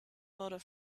motor